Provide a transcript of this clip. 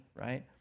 right